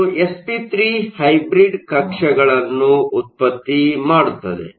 ಅದು sp3 hybrid ಕಕ್ಷೆಗಳನ್ನು ಉತ್ಪತ್ತಿ ಮಾಡುತ್ತದೆ